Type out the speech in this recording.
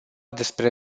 despre